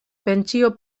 pentsio